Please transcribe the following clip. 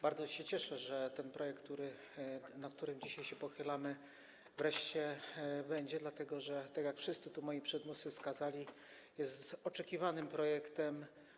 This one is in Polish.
Bardzo się cieszę, że projekt, nad którym dzisiaj się pochylamy, wreszcie będzie, dlatego że, tak jak wszyscy moi przedmówcy wskazywali, jest oczekiwanym projektem.